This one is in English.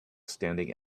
standing